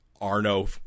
Arno